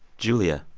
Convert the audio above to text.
julia,